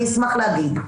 אני אשמח להגיד.